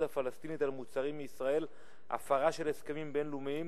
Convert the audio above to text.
הפלסטינית על מוצרים מישראל הפרה של הסכמים בין-לאומיים